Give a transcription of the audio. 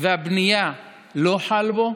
והבנייה לא חל בה,